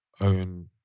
own